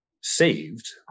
saved